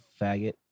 faggot